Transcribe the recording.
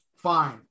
Fine